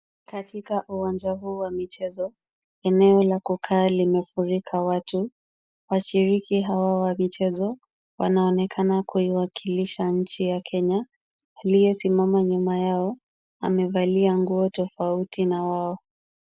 Katika uwanja huu wa michezo, eneo la kukaa limefurika watu. Washiriki hawa wa michezo, wanaonekana kuiwakilisha nchi ya Kenya. Aliyesimama nyuma yao, amevalia nguo tofauti na wao.